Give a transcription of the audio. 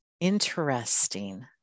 interesting